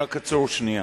עצור רק שנייה.